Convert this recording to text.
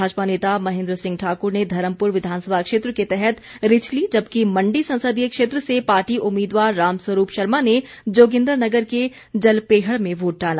भाजपा नेता महेन्द्र सिंह ठाक्र ने धर्मपुर विधानसभा क्षेत्र के तहत रिछली जबकि मंडी संसदीय क्षेत्र से पार्टी उम्मीदवार रामस्वरूप शर्मा ने जोगिन्द्रनगर के जलपेहड़ में वोट डाला